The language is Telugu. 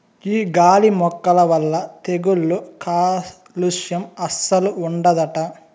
ఈ గాలి మొక్కల వల్ల తెగుళ్ళు కాలుస్యం అస్సలు ఉండదట